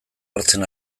hartzen